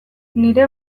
nire